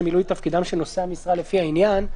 מילוי תפקידם של נושאי המשרה לפי העניין.